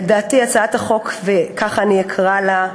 לדעתי, הצעת החוק, כך אני אקרא לה,